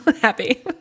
happy